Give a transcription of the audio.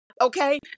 Okay